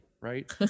Right